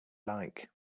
like